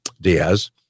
Diaz